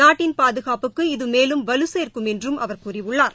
நாட்டின் பாதுகாப்புக்கு இது மேலும் வலுசே்க்கும் என்றும் அவர் கூறியுள்ளார்